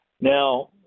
Now